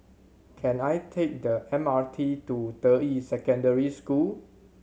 can I take the M R T to Deyi Secondary School